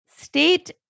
State